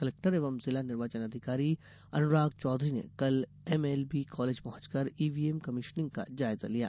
collector एवं जिला निर्वाचन अधिकारी अनुराग चौधरी ने कल एमएलबी कॉलेज पहँचकर ईवीएम कमीशनिंग का जायजा लिया